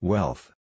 Wealth